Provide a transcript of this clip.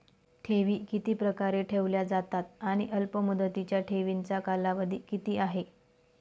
ठेवी किती प्रकारे ठेवल्या जातात आणि अल्पमुदतीच्या ठेवीचा कालावधी किती आहे?